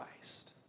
Christ